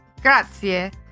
grazie